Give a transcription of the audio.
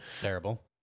Terrible